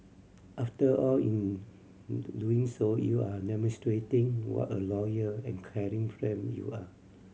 after all in doing so you are demonstrating what a loyal and caring friend you are